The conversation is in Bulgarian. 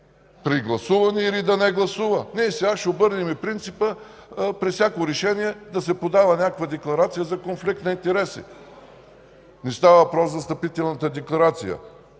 при гласуване или да не гласува. Сега ще обърнем принципа при всяко решение да се подава някаква декларация за конфликт на интереси. Не става въпрос за встъпителната декларация.